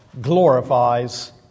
glorifies